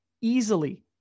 Easily